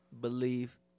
believe